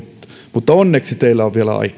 mutta onneksi teillä on